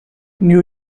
new